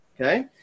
Okay